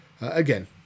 again